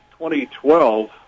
2012